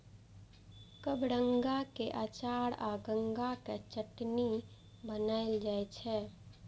कबरंगा के अचार आ गंगा के चटनी बनाएल जाइ छै